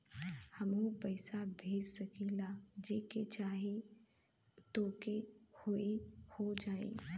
हमहू पैसा भेज सकीला जेके चाही तोके ई हो जाई?